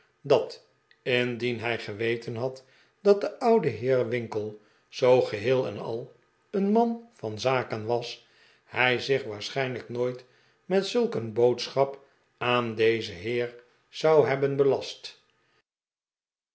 dat indien hij geweten had dat de oude heer winkle zoo geheel en al een man van zaken was hij zich waarschijnlijk nooit met zulk een boodschap aan dezen heer zou hebben belast